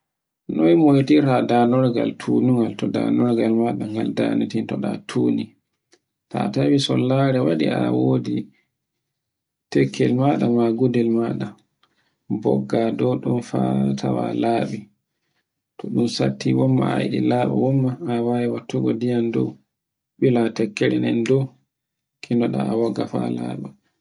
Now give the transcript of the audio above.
Noy moytirta danorgal tunorgal, to danorgal ngal danitinto da tundi, ta tawi sollari waɗi a wodi tekkel maɗa ma gudel maɗa, mbogga gudel maɗa fa tawa laɓi. To ɗun satti womma a yi ɗi laɓugon ma, a wawi wattugo ndiyam dow, ɓila tekkere nden dow konoɗa a wogga fa laɓa.